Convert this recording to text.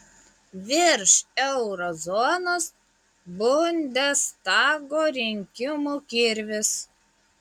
virš euro zonos bundestago rinkimų kirvis